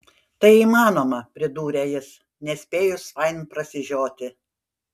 tai įmanoma pridūrė jis nespėjus fain prasižioti